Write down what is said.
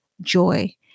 joy